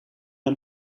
een